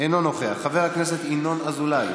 אינו נוכח, חבר הכנסת ינון אזולאי,